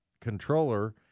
controller